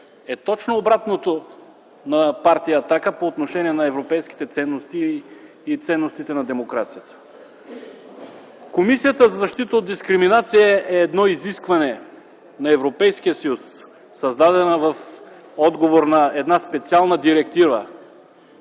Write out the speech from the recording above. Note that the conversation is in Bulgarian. е точно обратното на партия „Атака” по отношение на европейските ценности и ценностите на демокрацията. Комисията за защита от дискриминация е едно изискване на Европейския съюз, създадена в отговор на една специална Директива